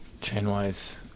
Chainwise